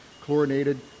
chlorinated